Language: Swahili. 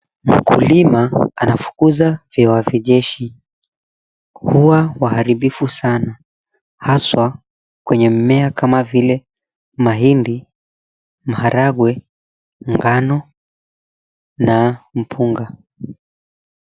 Mkulima anafukuza viwavi jeshi. Hua waharibifu sana haswa kwenye mmea kama vile mahindi, maharagwe, ngano na mpunga.